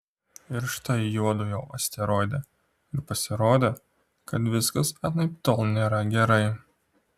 ir štai juodu jau asteroide ir pasirodė kad viskas anaiptol nėra gerai